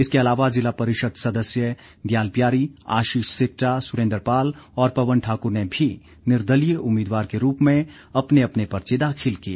इसके अलावा जिला परिषद सदस्य दयाल प्यारी आशीष सिक्टा सुरेन्द्र पाल और पवन ठाकुर ने भी निर्दलीय उम्मीदवार के रूप में अपने अपने पर्चे दाखिल किए